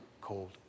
cold